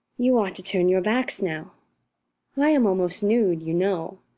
you ought to turn your backs now i am almost nude, you know.